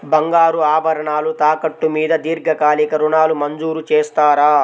బంగారు ఆభరణాలు తాకట్టు మీద దీర్ఘకాలిక ఋణాలు మంజూరు చేస్తారా?